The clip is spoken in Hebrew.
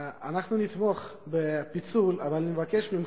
אנחנו נתמוך בפיצול, אבל אני מבקש ממך: